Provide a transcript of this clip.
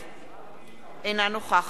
אינה נוכחת דוד רותם,